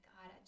God